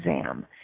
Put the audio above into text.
exam